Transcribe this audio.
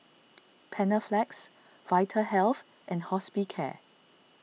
Panaflex Vitahealth and Hospicare